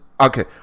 okay